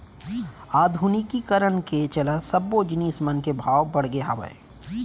आधुनिकीकरन के चलत सब्बो जिनिस मन के भाव बड़गे हावय